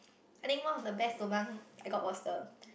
I think one of the best lobang I got was the